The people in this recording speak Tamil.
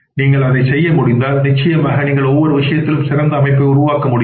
நீங்கள் அதைச் செய்ய முடிந்தால் நிச்சயமாக நீங்கள் ஒவ்வொரு விஷயத்திலும் சிறந்த ஒரு அமைப்பை உருவாக்க முடியும்